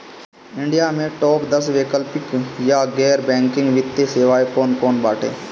India में top दस वैकल्पिक या गैर बैंकिंग वित्तीय सेवाएं कौन कोन बाटे?